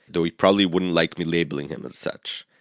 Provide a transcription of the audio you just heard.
though he probably wouldn't like me labeling him as such.